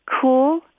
cool